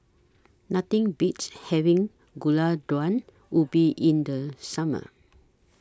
Nothing Beats having Gulai Daun Ubi in The Summer